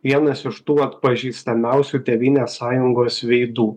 vienas iš tų atpažįstamiausių tėvynės sąjungos veidų